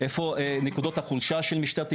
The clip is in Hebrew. איפה נקודות החולשה של משטרת ישראל,